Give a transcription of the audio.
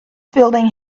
building